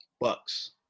Bucks